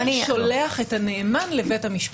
הממונה שולח את הנאמן לבית המשפט.